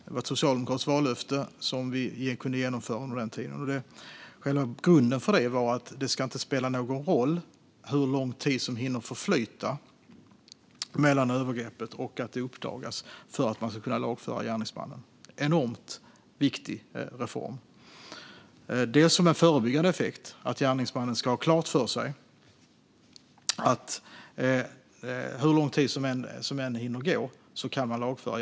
Det var ett socialdemokratiskt vallöfte som vi genomförde. Själva grunden är att gärningsmannen ska kunna lagföras oavsett hur lång tid som förflutit mellan övergreppet och att det uppdagas. Det är en enormt viktig reform. En förebyggande effekt är att gärningsmannen vet att hur lång tid det än har gått kan denne lagföras.